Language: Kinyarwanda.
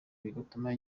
bigatuma